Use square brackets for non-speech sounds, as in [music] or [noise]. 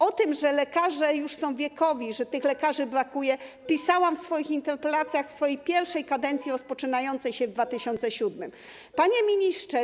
O tym, że lekarze już są wiekowi, [noise] że lekarzy brakuje, pisałam w interpelacjach w swojej pierwszej kadencji rozpoczynającej się w 2007 r. Panie Ministrze!